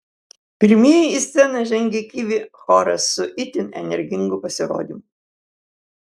pirmieji į sceną žengė kivi choras su itin energingu pasirodymu